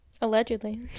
allegedly